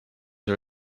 are